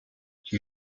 die